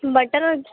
مٹر